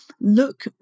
Look